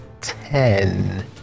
Ten